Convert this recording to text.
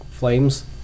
flames